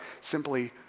simply